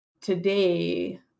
today